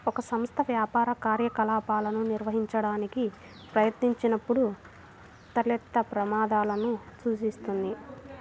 ఒక సంస్థ వ్యాపార కార్యకలాపాలను నిర్వహించడానికి ప్రయత్నించినప్పుడు తలెత్తే ప్రమాదాలను సూచిస్తుంది